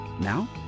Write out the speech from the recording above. Now